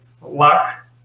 luck